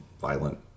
violent